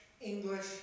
English